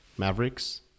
Mavericks